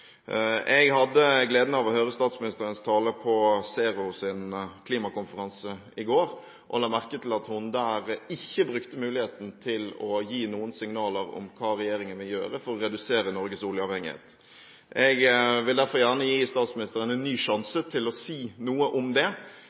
Jeg hadde gleden av å høre statsministerens tale på Zeros klimakonferanse i går, og la merke til at hun der ikke brukte muligheten til å gi noen signaler om hva regjeringen vil gjøre for å redusere Norges oljeavhengighet. Jeg vil derfor gjerne gi statsministeren en ny sjanse til å si noe om det.